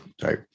sorry